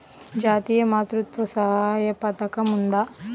జాతీయ మాతృత్వ సహాయ పథకం ఉందా?